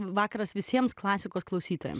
vakaras visiems klasikos klausytojams